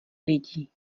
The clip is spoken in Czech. lidí